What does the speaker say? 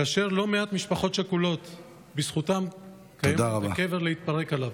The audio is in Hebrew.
כאשר בזכותם ללא מעט משפחות שכולות קיים קבר להתפרק עליו.